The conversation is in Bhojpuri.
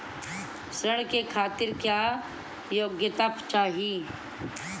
ऋण के खातिर क्या योग्यता चाहीं?